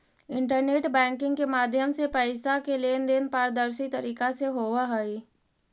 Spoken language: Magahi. इंटरनेट बैंकिंग के माध्यम से पैइसा के लेन देन पारदर्शी तरीका से होवऽ हइ